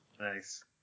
Nice